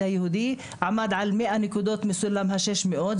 היהודי עמד על 100 נקודות מסולם ה-600.